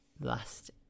last